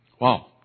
Wow